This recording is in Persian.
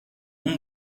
اون